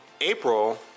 April